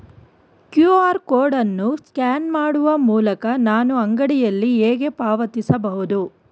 QR code ಅನ್ನು scan ಮಾಡುವ ಮೂಲಕ ನಾನು ಅಂಗಡಿಯಲ್ಲಿ ಹೇಗೆ ಪಾವತಿಸಬಹುದು?